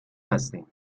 هستین